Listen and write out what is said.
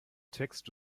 text